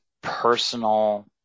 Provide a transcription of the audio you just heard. personal